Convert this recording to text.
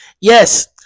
Yes